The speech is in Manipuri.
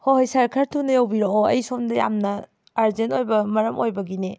ꯍꯣꯏ ꯍꯣꯏ ꯁꯥꯔ ꯈꯔ ꯊꯨꯅ ꯌꯧꯕꯤꯔꯛꯑꯣ ꯑꯩ ꯁꯣꯝꯗ ꯌꯥꯝꯅ ꯑꯥꯔꯖꯦꯟ ꯑꯣꯏꯕ ꯃꯔꯝ ꯑꯣꯏꯕꯒꯤꯅꯦ